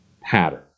pattern